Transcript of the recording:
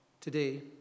Today